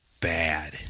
bad